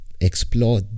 Explore